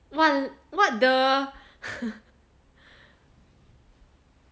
!wah! what the